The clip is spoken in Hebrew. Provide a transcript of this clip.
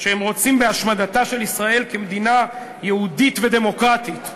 שהם רוצים בהשמדתה של ישראל כמדינה יהודית ודמוקרטית,